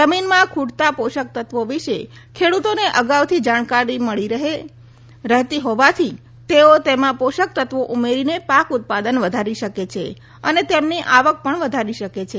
જમીનમાં ખુટતા પોષકતત્વો વિશે ખેડતોને અગાઉથી જાણકારી મળી રહેતી હોવાથી તેઓ તેમાં પોષકતત્વો ઉમેરીને પાક ઉત્પાદન વધારી શકે છે અને તેમની આવક પણ વધારી શકે છે